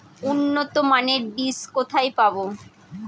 উন্নতমানের বীজ কোথায় পাব?